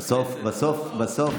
עוד רגע.